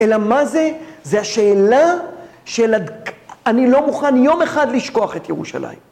אלא מה זה? זו השאלה של עד, אני לא מוכן יום אחד לשכוח את ירושלים.